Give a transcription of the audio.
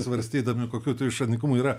svarstydami kokių tų išradingumų yra